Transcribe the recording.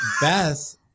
Beth